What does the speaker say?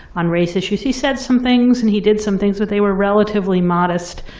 on race issues. he said some things. and he did some things. but they were relatively modest,